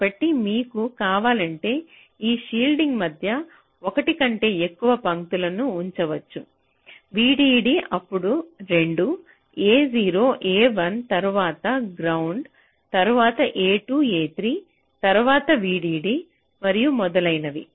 కాబట్టి మీకు కావాలంటే ఈ షీల్డింగ్ మధ్య ఒకటి కంటే ఎక్కువ పంక్తులను ఉంచవచ్చు VDD అప్పుడు 2 a0 a1 తరువాత గ్రౌండ్ తరువాత a2 a3 తరువాత VDD మరియు మొదలైనవి